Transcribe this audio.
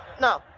No